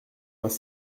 vingt